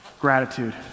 gratitude